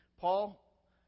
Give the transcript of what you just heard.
Paul